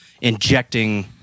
injecting